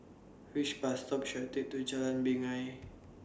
Which Bus stop should I Take to Jalan Binjai